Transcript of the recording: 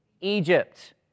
Egypt